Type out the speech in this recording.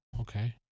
okay